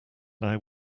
now